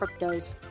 cryptos